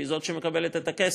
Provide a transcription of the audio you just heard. שהיא זאת שמקבלת את הכסף.